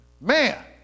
Man